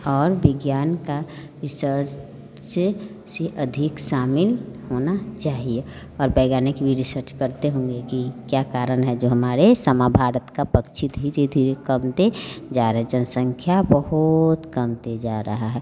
और विज्ञान का इस सब से से अधिक शामील होना चाहिए और बैगाने की वीडियो सर्च करते होंगे कि क्या कारण है जो हमारे समा भारत के पक्षी धीरे धीरे कम होते जा रहे हैं जनसंख्या बहुत कम होते जा रही है